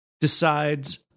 decides